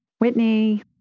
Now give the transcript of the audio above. Whitney